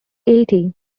eighty